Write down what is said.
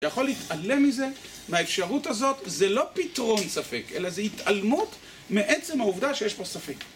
יכול להתעלם מזה, מהאפשרות הזאת, זה לא פתרון ספק, אלא זה התעלמות מעצם העובדה שיש פה ספק.